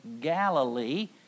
Galilee